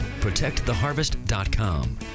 ProtectTheHarvest.com